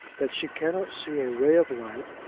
that she cannot see a ray of light,